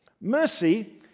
Mercy